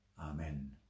Amen